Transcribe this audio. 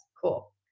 cool